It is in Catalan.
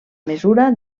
mesura